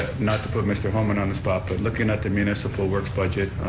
not to put mr. holman on the spot, but looking at the municipal works budget